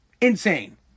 insane